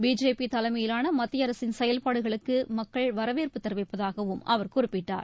BJP தலைமையிலான மத்திய அரசின் செயல்பாடுகளுக்கு மக்கள் வரவேற்பு தெரிவிப்பதாகவும் அவர் குறிப்பிட்டார்